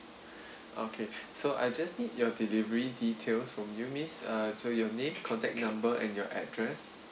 okay so I just need your delivery details from you miss uh so your name contact number and your address